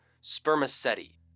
spermaceti